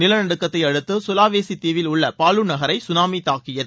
நிலநடுக்கததை அடுத்து சுலாவேசி தீவில் உள்ள பால்லு நகரை சுனாமி தாக்கியது